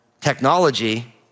technology